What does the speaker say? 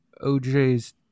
OJ's